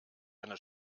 eine